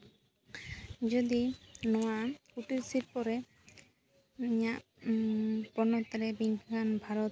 ᱡᱩᱫᱤ ᱱᱚᱣᱟ ᱠᱩᱴᱤᱨ ᱥᱤᱞᱯᱚ ᱨᱮ ᱤᱧᱟᱹᱜ ᱯᱚᱱᱚᱛ ᱨᱮ ᱢᱮᱱᱠᱷᱟᱱ ᱵᱷᱟᱨᱚᱛ